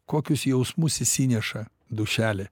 kokius jausmus išsineša dūšelė